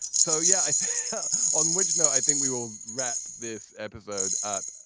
so, yeah, i on which. no, i think we will wrap this episode up.